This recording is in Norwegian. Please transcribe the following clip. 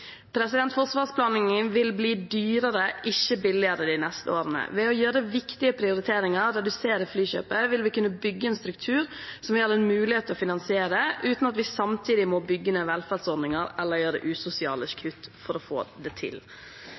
vil bli dyrere, ikke billigere, de neste årene. Ved å gjøre viktige prioriteringer og redusere flykjøpet vil vi kunne bygge en struktur som vi har mulighet til å finansiere uten at vi samtidig må bygge ned velferdsordninger eller gjøre usosiale kutt for å få det til. Forsvarspolitikken bør bygge på avspenning og ikke på opprustning. Det har basepolitikken til